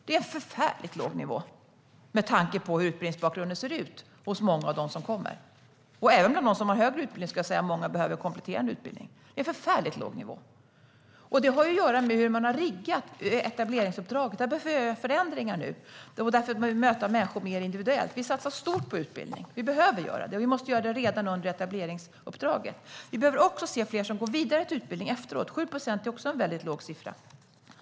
Det är en förfärligt låg nivå med tanke på hur utbildningsbakgrunden ser ut bland många av dem som kommer. Det gäller även bland dem som har högre utbildning, för många behöver kompletterande utbildning. Det är en förfärligt låg nivå och har att göra med hur man har riggat etableringsuppdraget. Därför behöver vi göra förändringar och möta människor mer individuellt. Vi satsar stort på utbildning. Vi behöver göra det, och vi måste göra det redan under etableringsuppdraget. Vi behöver se fler som går vidare till utbildning. Också 7 procent är en mycket låg siffra.